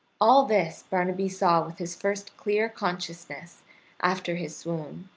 all this barnaby saw with his first clear consciousness after his swoon.